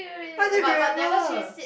I don't remember